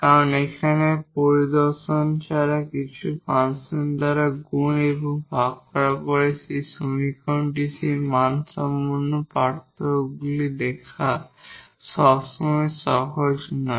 কারণ এখানে পরিদর্শন দ্বারা কিছু ফাংশন দ্বারা গুণ বা ভাগ করার পরে সমীকরণে সেই মানসম্পন্ন পার্থক্যগুলি দেখা সবসময় সহজ নয়